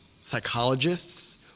psychologists